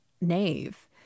nave